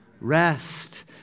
rest